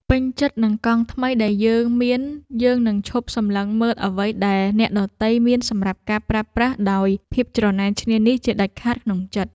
ពេញចិត្តនឹងកង់ថ្មីដែលយើងមានយើងនឹងឈប់សម្លឹងមើលអ្វីដែលអ្នកដទៃមានសម្រាប់ការប្រើប្រាស់ដោយភាពច្រណែនឈ្នានីសជាដាច់ខាតក្នុងចិត្ត។